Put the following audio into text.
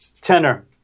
Tenor